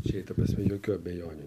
be jokių abejonių